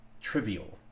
trivial